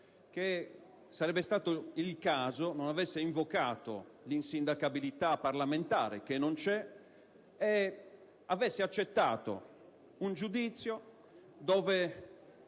che questi non avesse invocato l'insindacabilità parlamentare, che non c'è, e avesse accettato un giudizio nel